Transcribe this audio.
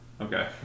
Okay